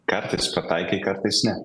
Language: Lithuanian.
kartais pataikai kartais ne